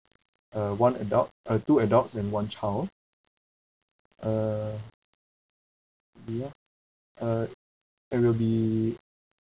uh one adult uh two adults and one child uh ya uh will be